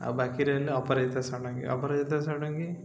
ଆଉ ବାକି ରହିଲେ ଅପରାଜିତା ଷଡ଼ଙ୍ଗୀ ଅପରାଜିତା ଷଡ଼ଙ୍ଗୀ